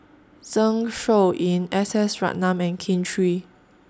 Zeng Shouyin S S Ratnam and Kin Chui